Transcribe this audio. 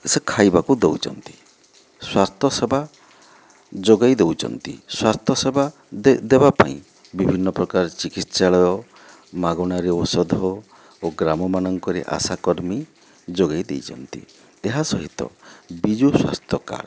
ସେ ଖାଇବାକୁ ଦେଉଛନ୍ତି ସ୍ଵାସ୍ଥ୍ୟ ସେବା ଯୋଗାଇ ଦେଉଛନ୍ତି ସ୍ଵାସ୍ଥ୍ୟ ସେବା ଦେବା ପାଇଁ ବିଭିନ୍ନ ପ୍ରକାର ଚିକିତ୍ସାଳୟ ମାଗଣାରେ ଔଷଧ ଓ ଗ୍ରାମମାନଙ୍କରେ ଆଶାକର୍ମୀ ଯୋଗାଇ ଦେଇଛନ୍ତି ଏହା ସହିତ ବିଜୁ ସ୍ଵାସ୍ଥ୍ୟ କାର୍ଡ଼